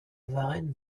varennes